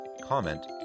comment